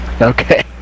Okay